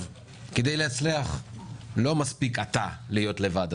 כדי להצליח לא מספיק שתהיה אתה לבד,